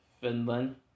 Finland